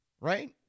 Right